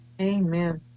Amen